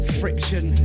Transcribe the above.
friction